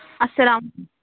اَسلام